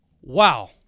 Wow